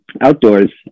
outdoors